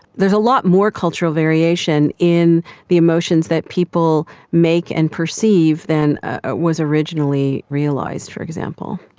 there's a lot more cultural variation in the emotions that people make and perceive than ah was originally realised, for example.